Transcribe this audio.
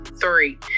three